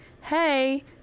hey